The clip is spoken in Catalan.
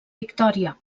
victòria